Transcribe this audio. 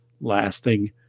lasting